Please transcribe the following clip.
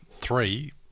three